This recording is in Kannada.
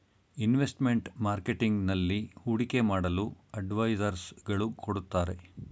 ಇನ್ವೆಸ್ಟ್ಮೆಂಟ್ ಮಾರ್ಕೆಟಿಂಗ್ ನಲ್ಲಿ ಹೂಡಿಕೆ ಮಾಡಲು ಅಡ್ವೈಸರ್ಸ್ ಗಳು ಕೊಡುತ್ತಾರೆ